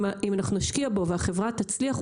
אם נשקיע בו והחברה תצליח,